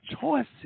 choices